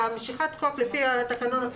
לפי תקנון הכנסת,